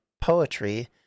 poetry